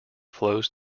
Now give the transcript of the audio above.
flows